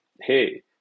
hey